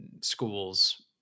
schools